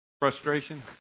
frustration